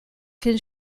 can